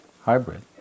hybrid